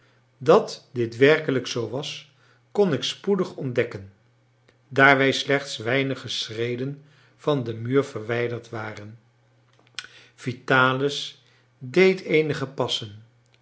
dat dit werkelijk zoo was kon ik spoedig ontdekken daar wij slechts weinige schreden van den muur verwijderd waren vitalis deed eenige passen